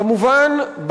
כמובן,